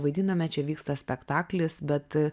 vaidiname čia vyksta spektaklis bet